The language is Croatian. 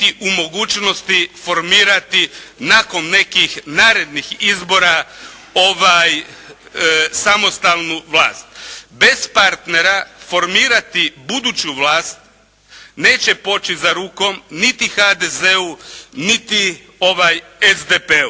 u mogućnosti formirati nakon nekih narednih izbora samostalnu vlast. Bez partnera formirati buduću vlast neće poći za rukom niti HDZ-u, niti SDP-u.